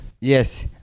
Yes